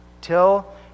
till